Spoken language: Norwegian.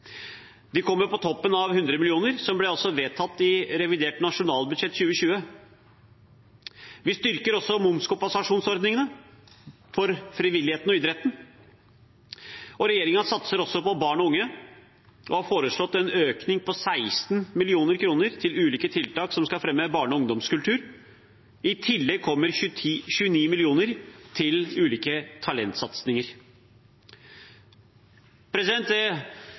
kommer på toppen av 100 mill. kr, som altså ble vedtatt i revidert nasjonalbudsjett 2020. Vi styrker også momskompensasjonsordningene for frivilligheten og idretten. Regjeringen satser på barn og unge og har foreslått en økning på 16 mill. kr til ulike tiltak som skal fremme barne- og ungdomskultur. I tillegg kommer 29 mill. kr til ulike talentsatsinger.